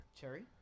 Cherry